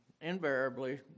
invariably